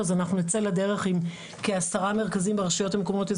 אז אנחנו נצא לדרך עם כעשרה מרכזים ברשויות מקומיות,